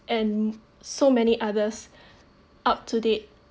and so many others up to date